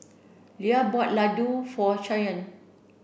Leah bought Laddu for Shyann